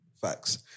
Facts